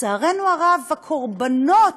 לצערנו הרב, הקורבנות,